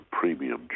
premium